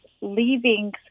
leaving